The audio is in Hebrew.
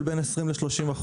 של בין 20% ל-30%,